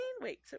wait